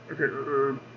Okay